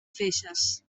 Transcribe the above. feixes